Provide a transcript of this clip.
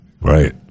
Right